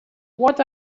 what